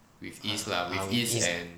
ah ah with ease